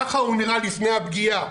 ככה הוא נראה לפני הפגיעה,